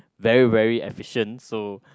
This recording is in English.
very very efficient so